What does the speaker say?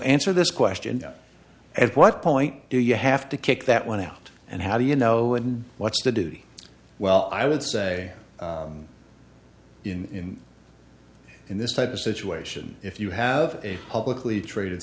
answer this question at what point do you have to kick that one out and how do you know and what's the duty well i would say in in this type of situation if you have a publicly traded